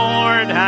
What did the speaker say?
Lord